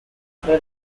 tre